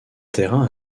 terrain